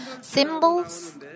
Symbols